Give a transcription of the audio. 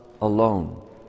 alone